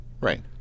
Right